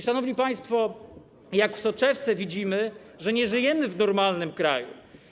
Szanowni państwo, jak w soczewce widzimy, że nie żyjemy w normalnym kraju.